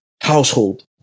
household